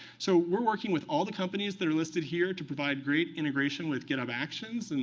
so we're working with all the companies that are listed here to provide great integration with github actions. and